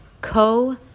Co